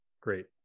great